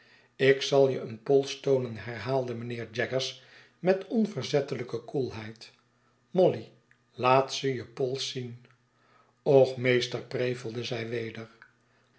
ik zal je een pols toonen herhaalde mijnheer jaggers met onverzettelijke koelheid molly laat ze je pols zien och meester prevelde zij weder